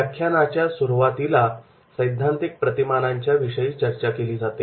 व्याख्यानाच्या सुरुवातीला सैद्धांतिक प्रतिमानांच्या विषयी चर्चा केली जाते